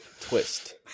Twist